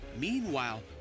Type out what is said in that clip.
Meanwhile